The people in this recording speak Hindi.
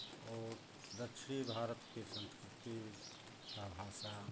और दक्षिणी भारत के संस्कृति का भाषा